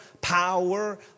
power